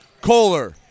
Kohler